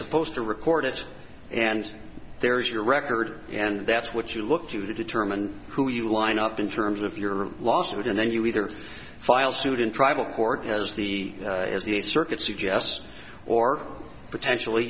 supposed to record it and there is your record and that's what you look to determine who you line up in terms of your lawsuit and then you either file suit in tribal court as the as the circuit suggests or potentially